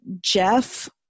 Jeff